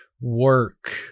work